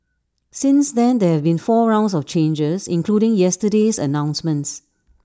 since then there have been four rounds of changes including yesterday's announcements